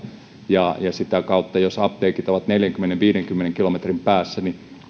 ja jos apteekit ovat neljänkymmenen viiva viidenkymmenen kilometrin päässä